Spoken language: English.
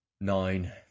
nine